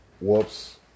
Whoops